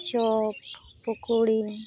ᱪᱚᱯ ᱯᱳᱠᱳᱲᱤ